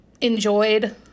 enjoyed